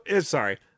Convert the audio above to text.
sorry